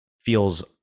feels